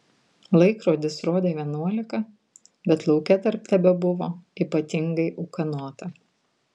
laikrodis rodė vienuolika bet lauke dar tebebuvo ypatingai ūkanota